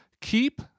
keep